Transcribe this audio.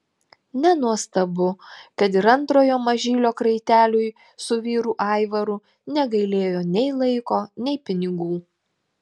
nenuostabu kad ir antrojo mažylio kraiteliui su vyru aivaru negailėjo nei laiko nei pinigų